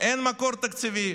אין מקור תקציבי.